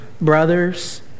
Brothers